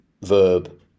verb